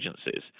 agencies